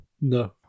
No